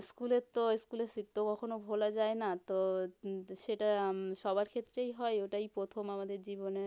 স্কুলের তো স্কুলের স্মৃতি তো কখনো ভোলা যায় না তো তো সেটা সবার ক্ষেত্রেই হয় ওটাই প্রথম আমাদের জীবনে